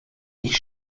ich